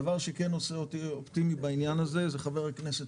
דבר שכן עושה אותי אופטימי בעניין הזה זה חבר הכנסת